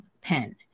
pen